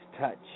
touch